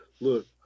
Look